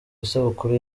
isabukuru